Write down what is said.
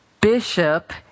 Bishop